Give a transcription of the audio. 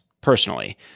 personally